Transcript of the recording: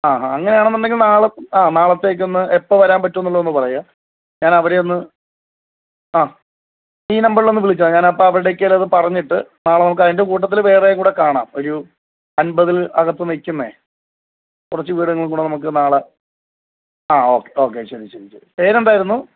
ആ ഹാ അങ്ങനാണെന്നുണ്ടെങ്കില് നാളെ ആ നാളത്തേക്കൊന്ന് എപ്പം വരാനും പറ്റുമെന്ന് ഉള്ളത് പറയുക ഞാന് അവരെ ഒന്ന് ആ ഈ നമ്പറിലൊന്ന് വിളിച്ചാൽ മതി ഞാൻ അപ്പം അവരുടെ അടുക്കലത് പറഞ്ഞിട്ട് നാളെ നമുക്ക് അതിന്റെ കൂട്ടത്തില് വേറേയും കൂടെ കാണാം ഒരു അന്പതില് അകത്തു നിൽക്കുന്ന കുറച്ചു വീടുകളും കൂടെ നമുക്ക് നാളെ ആ ഓക്കെ ഓക്കെ ശെരി ശരി ശരി പേര് എന്തായിരുന്നു